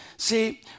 See